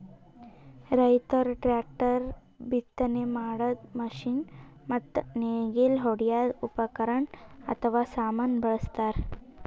ರೈತರ್ ಟ್ರ್ಯಾಕ್ಟರ್, ಬಿತ್ತನೆ ಮಾಡದ್ದ್ ಮಷಿನ್ ಮತ್ತ್ ನೇಗಿಲ್ ಹೊಡ್ಯದ್ ಉಪಕರಣ್ ಅಥವಾ ಸಾಮಾನ್ ಬಳಸ್ತಾರ್